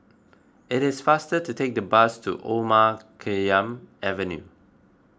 it is faster to take the bus to Omar Khayyam Avenue